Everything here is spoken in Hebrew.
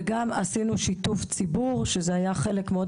וגם עשינו שיתוף ציבור; זה היה חלק מאוד